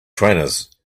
trainers